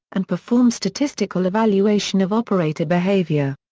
and perform statistical evaluation of operator behaviour.